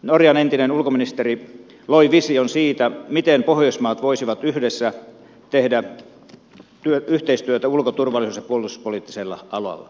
norjan entinen ulkoministeri loi vision siitä miten pohjoismaat voisivat yhdessä tehdä yhteistyötä ulko turvallisuus ja puolustuspoliittisella alalla